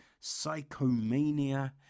Psychomania